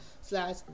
slash